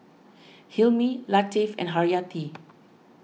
Hilmi Latif and Haryati